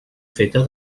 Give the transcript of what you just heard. feta